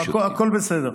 זה בסדר גמור, הכול בסדר.